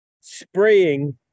spraying